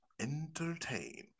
entertain